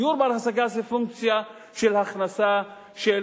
דיור בר-השגה זה פונקציה של הכנסה של